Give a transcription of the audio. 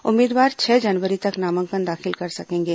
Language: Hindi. उम्मीदवार छह जनवरी तक नामांकन दाखिल कर सकेंगे